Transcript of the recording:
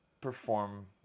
perform